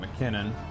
McKinnon